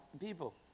people